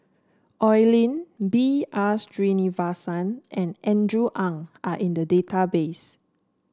Oi Lin B R Sreenivasan and Andrew Ang are in the database